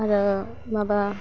आरो माबा